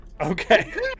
Okay